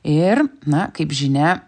ir na kaip žinia